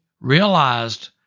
realized